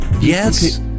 yes